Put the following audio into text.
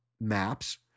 maps